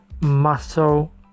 muscle